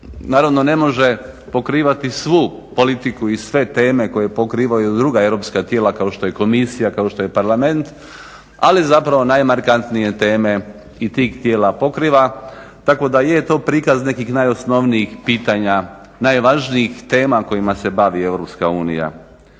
naravno ne može pokrivati svu politiku i sve teme koje pokrivaju druga europska tijela kao što je komisija, kao što je Parlament, ali zapravo najmarkantnije teme i tih tijela pokriva, tako da je to prikaz nekih najosnovnijih pitanja, najvažnijih tema kojima se bavi EU.